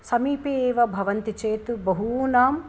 समीपे एव भवन्ति चेत् बहूनां